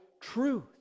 truth